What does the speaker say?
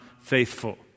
faithful